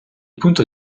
punto